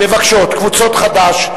מבקשות קבוצת חד"ש,